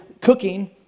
cooking